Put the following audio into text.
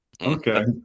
okay